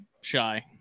shy